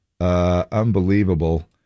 Unbelievable